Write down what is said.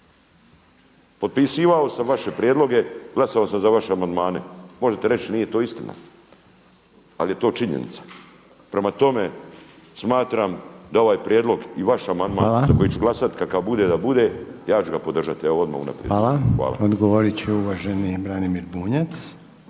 Potpisivao sam vaše prijedloge, glasovao sam za vaše amandmane. Možete reći nije to istina, ali je to činjenica. Prema tome, smatram da ovaj prijedlog i vaš amandman za koji ću glasati kakav bude da bude, ja ću ga podržati. Evo unaprijed. Hvala. **Bunjac,